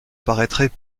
paraîtrait